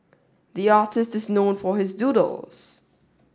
the artist is known for his doodles